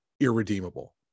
irredeemable